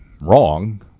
Wrong